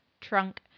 trunk